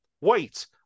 Wait